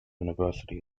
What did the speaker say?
university